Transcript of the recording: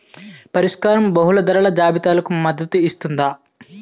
పరిష్కారం బహుళ ధరల జాబితాలకు మద్దతు ఇస్తుందా?